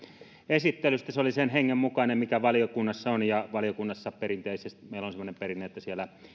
esittelystä se oli sen hengen mukainen mikä valiokunnassa on ja valiokunnassa meillä on semmoinen perinne että siellä